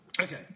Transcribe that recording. Okay